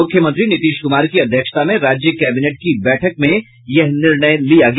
मुख्यमंत्री नीतीश कुमार की अध्यक्षता में राज्य कैबिनेट की बैठक में यह निर्णय लिया गया